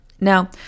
Now